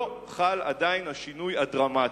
עדיין לא חל השינוי הדרמטי.